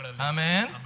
Amen